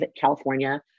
California